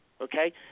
Okay